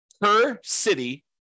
per-city